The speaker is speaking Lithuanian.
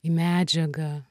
į medžiagą